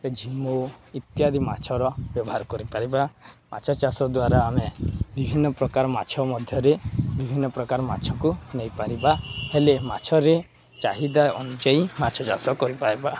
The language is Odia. ଝିମୁ ଇତ୍ୟାଦି ମାଛର ବ୍ୟବହାର କରିପାରିବା ମାଛ ଚାଷ ଦ୍ୱାରା ଆମେ ବିଭିନ୍ନ ପ୍ରକାର ମାଛ ମଧ୍ୟରେ ବିଭିନ୍ନ ପ୍ରକାର ମାଛକୁ ନେଇପାରିବା ହେଲେ ମାଛରେ ଚାହିଦା ଅନୁଯାୟୀ ମାଛ ଚାଷ କରିପାରବା